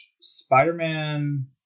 Spider-Man